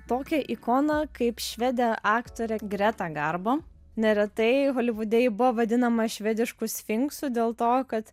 tokią ikoną kaip švedė aktorė greta garbo neretai holivude ji buvo vadinama švedišku sfinksu dėl to kad